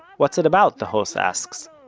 what's it about? the host asks.